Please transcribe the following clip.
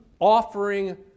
offering